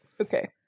okay